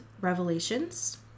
Revelations